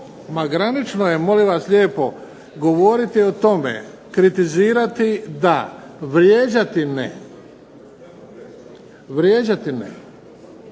Ma granično je, molim vas lijepo govoriti o tome, kritizirati da, vrijeđati ne. Ma